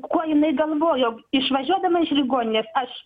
kuo jinai galvojo išvažiuodama iš ligoninės aš